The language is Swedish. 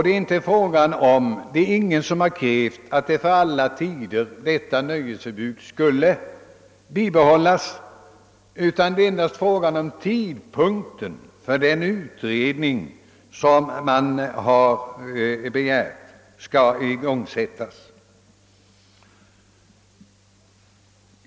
Det är ingen som har krävt att dessa nöjesförbud skulle bibehållas för alla tider, utan det gäller endast tidpunkten för den utredning som man har begärt skall igångsättas.